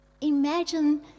imagine